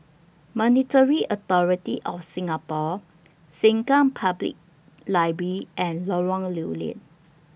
Monetary Authority of Singapore Sengkang Public Library and Lorong Lew Lian